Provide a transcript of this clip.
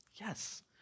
Yes